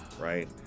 Right